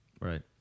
Right